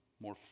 more